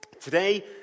Today